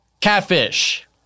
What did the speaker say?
Catfish